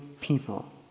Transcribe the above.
people